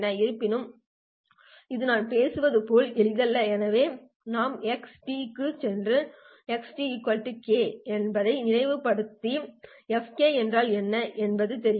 இருப்பினும் இது நாம் பேசுவது போல் எளிதல்ல எனவே நாம் x க்குச் சென்று x k 0N 1Xkej2πfkt ஐ நினைவுபடுத்துகிறோம் fk என்றால் என்ன என்று எனக்குத் தெரியுமா